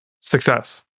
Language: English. Success